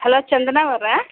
hello Chandana ಅವರಾ